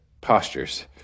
postures